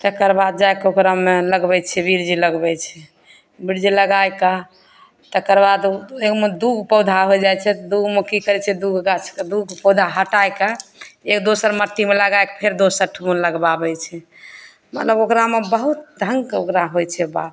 तकर बाद जाए कऽ ओकरामे लगबैत छियै बीज लगबैत छियै बीज लगाइकऽ तकर बाद एहुमे दू पौधा हो जाइ छै दुगो मे की करै छियै दुगो गाछ कऽ दुगो पौधा हटाए कऽ एक दोसर मट्टीमे लगाए कऽ फेर दोसर ठुम लगबाबै छी मतलब ओकरामे बहुत ढङ्ग कऽ ओकरा होइत छै बात